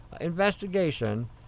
investigation